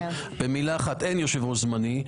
במילה אחת אין יושב-ראש זמני.